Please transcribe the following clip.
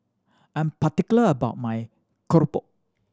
I'm particular about my keropok